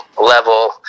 level